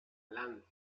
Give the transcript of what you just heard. lanza